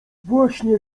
właśnie